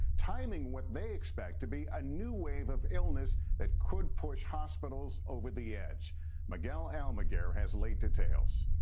timing what they expect to be ah new wave of illness that could push hospitals over the edge miguel almaguer has late details.